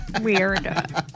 Weird